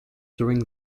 during